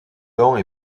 long